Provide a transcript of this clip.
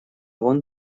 вон